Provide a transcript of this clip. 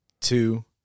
two